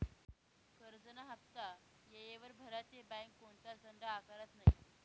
करजंना हाफ्ता येयवर भरा ते बँक कोणताच दंड आकारत नै